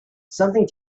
something